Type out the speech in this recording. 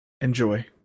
Enjoy